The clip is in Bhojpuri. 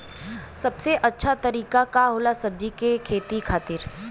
सबसे अच्छा तरीका का होला सब्जी के खेती खातिर?